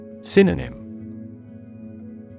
Synonym